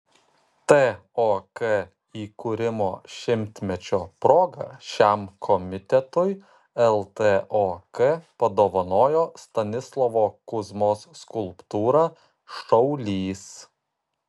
tok įkūrimo šimtmečio proga šiam komitetui ltok padovanojo stanislovo kuzmos skulptūrą šaulys